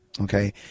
Okay